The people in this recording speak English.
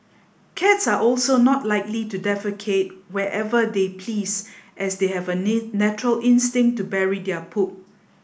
cats are also not likely to defecate wherever they please as they have a natural instinct to bury their poop